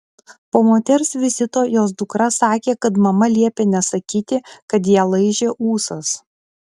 po moters vizito jos dukra sakė kad mama liepė nesakyti kad ją laižė ūsas